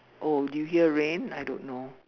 oh do you hear rain I don't know